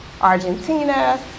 Argentina